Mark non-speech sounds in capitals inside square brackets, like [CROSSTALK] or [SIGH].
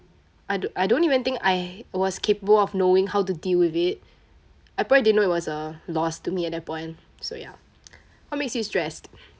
I do~ I don't even think I was capable of knowing how to deal with it I probably I didn't know it was a loss to me at that point so ya [NOISE] what makes you stressed